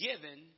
given